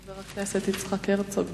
חבר הכנסת יצחק הרצוג.